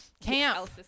Camp